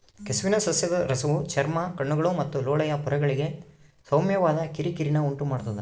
ಕೆಸುವಿನ ಸಸ್ಯದ ರಸವು ಚರ್ಮ ಕಣ್ಣುಗಳು ಮತ್ತು ಲೋಳೆಯ ಪೊರೆಗಳಿಗೆ ಸೌಮ್ಯವಾದ ಕಿರಿಕಿರಿನ ಉಂಟುಮಾಡ್ತದ